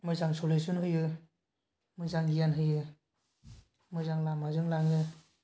मोजां सलिउसन होयो मोजां गियान होयो मोजां लामाजों लाङो